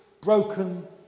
broken